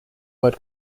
word